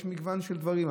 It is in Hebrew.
יש מגוון של דברים,